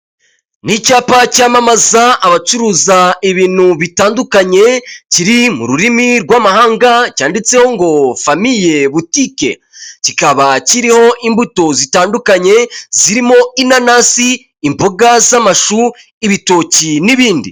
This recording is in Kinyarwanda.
Ni icyapa cyamamaza abacuruza ibintu bitandukanye kiri mu rurimi rw'amahanga cyanditseho ngo famiye butike, kikaba kirimo imbuto zitandukanye zirimo inanasi, imboga z'amashu, ibitoki n'ibindi.